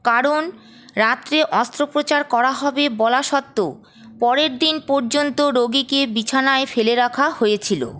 কারণ রাত্রে অস্ত্রোপচার করা হবে বলা সত্ত্বেও পরের দিন পর্যন্ত রোগীকে বিছানায় ফেলে রাখা হয়েছে